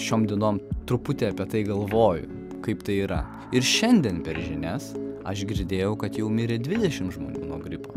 šiom dienom truputį apie tai galvoju kaip tai yra ir šiandien per žinias aš girdėjau kad jau mirė dvidešimt žmonių nuo gripo